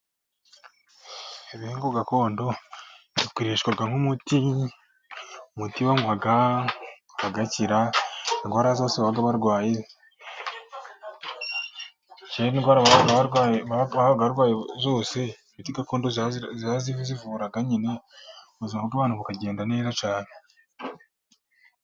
Ibihingwa gakondo, bikoreshwa nk'umutu, umuti banywa bagakira, indwara zose baba barwaye , kera indwara babaga barwaye zose, umuti gakondo ziba ziyivura nyine, ubuzima bwabantu bukagenda neza cyane.